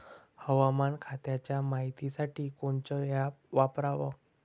हवामान खात्याच्या मायतीसाठी कोनचं ॲप वापराव?